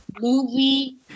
movie